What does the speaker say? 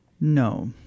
No